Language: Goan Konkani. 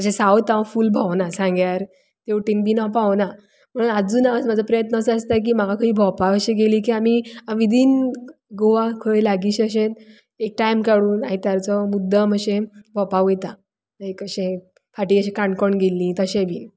तशें सावत आंव फूल भोंवूना सांग्यार तेवटेन बीन हांव पावूंक ना म्हुणून आजून हांव म्हाजो प्रयत्न असो आसता की म्हाका खंय भोंवपाक अशें गेले की आमी आ विदीन गोवा खंय लागींचे अशे एक टायम काडून आयतारचो मुद्दम अशें भोंवपा वयता लायक अशें फाटीं अशें काणकोण गेल्लीं तशें बीन